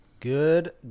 good